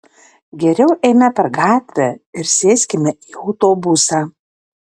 geriau eime per gatvę ir sėskime į autobusą